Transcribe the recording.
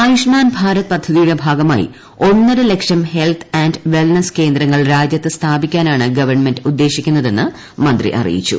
ആയുഷ്മാൻ ഭാരത് പദ്ധതിയുടെ ഭാഗമായി ഒന്നര ലക്ഷം ്ഹെൽത്ത് ആൻഡ് വെൽനസ്സ് കേന്ദ്രങ്ങൾ രാജ്യത്ത് സ്ഥാപിക്കാനാണ് ഗവൺമെന്റ് ഉദ്ദേശിക്കുന്നതെന്ന് മന്ത്രി അറിയിച്ചു